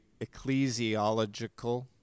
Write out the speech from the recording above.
ecclesiological